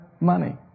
money